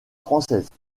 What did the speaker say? françaises